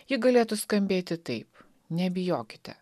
ji galėtų skambėti taip nebijokite